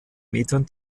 metern